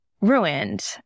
ruined